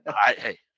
Hey